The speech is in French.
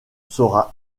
sera